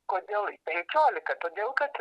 kodėl penkiolika todėl kad